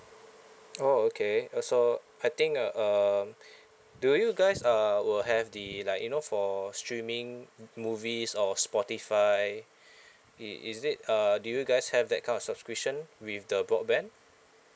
oh okay uh so I think uh um do you guys uh will have the like you know for streaming movies or spotify it is it err do you guys have that kind of subscription with the broadband